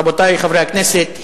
רבותי חברי הכנסת,